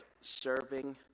serving